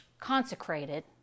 consecrated